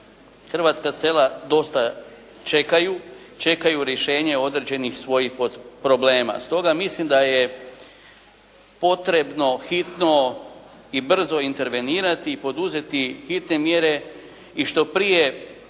hrvatska sela dosta čekaju, čekaju rješenje određenih svojih problema. Stoga mislim da je potrebno hitno i brzo intervenirati i poduzeti bitne mjere i što prije